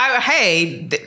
Hey